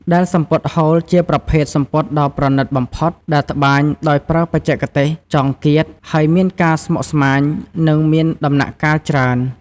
ដែលសំពត់ហូល ជាប្រភេទសំពត់ដ៏ប្រណីតបំផុត ដែលត្បាញដោយប្រើបច្ចេកទេស ចងគាត ហើយមានការស្មុកស្មាញ និងមានដំណាក់កាលច្រើន។